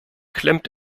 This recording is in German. klemmt